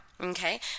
Okay